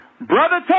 Brother